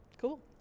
Cool